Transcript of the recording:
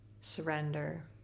surrender